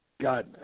got